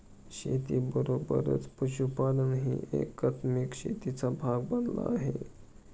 शेतीबरोबरच पशुपालनही एकात्मिक शेतीचा भाग बनला आहे